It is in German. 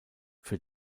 für